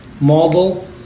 model